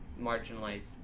marginalized